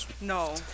no